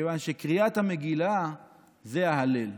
מכיוון שקריאת המגילה זה ההלל,